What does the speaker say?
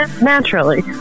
Naturally